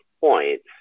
points